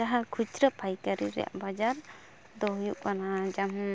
ᱡᱟᱦᱟᱸ ᱠᱷᱩᱪᱨᱟᱹ ᱯᱟᱭᱠᱟᱨᱤ ᱨᱮᱭᱟᱜ ᱵᱟᱡᱟᱨ ᱫᱚ ᱦᱩᱭᱩᱜ ᱠᱟᱱᱟ ᱡᱮᱢᱚᱱ